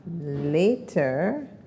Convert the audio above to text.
later